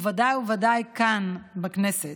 ובוודאי ובוודאי כאן, בכנסת.